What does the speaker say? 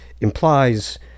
implies